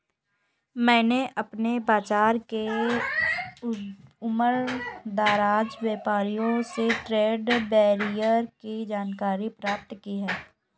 मैंने अपने बाज़ार के उमरदराज व्यापारियों से ट्रेड बैरियर की जानकारी प्राप्त की है